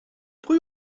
pwy